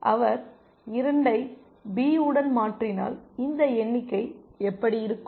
அவர் 2 ஐ பி உடன் மாற்றினால் இந்த எண்ணிக்கை எப்படி இருக்கும்